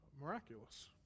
miraculous